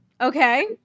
Okay